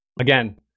Again